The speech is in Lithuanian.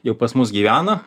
jau pas mus gyvena